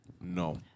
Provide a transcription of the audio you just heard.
no